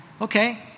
Okay